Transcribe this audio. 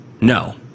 No